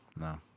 No